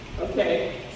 Okay